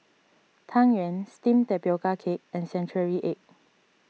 Tang Yuen Steamed Tapioca Cake and Century Egg